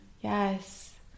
Yes